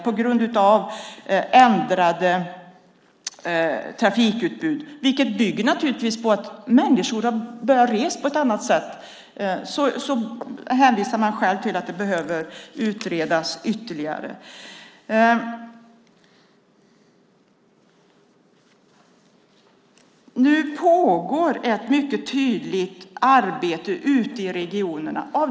På grund av ändrat trafikutbud, vilket naturligtvis bygger på att människor har börjat resa på ett annat sätt, bedömer Banverket att det här behöver utredas ytterligare. Nu pågår ett mycket tydligt arbete ute i regionerna.